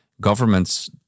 governments